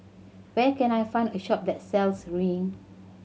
where can I find a shop that sells Rene